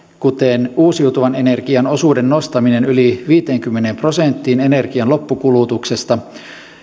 kuten uusiutuvan energian osuuden nostaminen yli viiteenkymmeneen prosenttiin energian loppukulutuksesta